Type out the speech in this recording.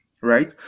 right